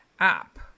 App